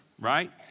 right